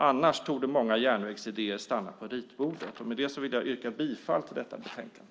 Annars torde många järnvägsidéer stanna på ritbordet. Med det yrkar jag bifall till förslaget i betänkandet.